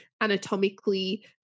anatomically